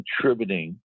contributing